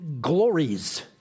glories